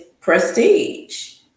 prestige